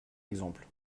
exemple